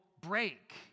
break